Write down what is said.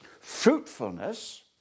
Fruitfulness